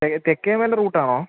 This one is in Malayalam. തെ തെക്കേമല റൂട്ട് ആണോ